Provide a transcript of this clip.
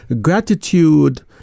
gratitude